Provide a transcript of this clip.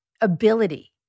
ability